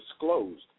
disclosed